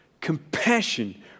compassion